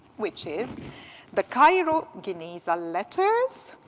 which is the cairo genizah letters.